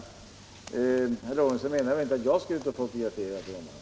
Herr Lorentzon menar väl inte att jag skall ut och fotografera pråmarna?